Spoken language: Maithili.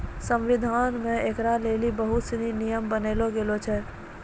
संविधान मे ऐकरा लेली बहुत सनी नियम बनैलो गेलो छै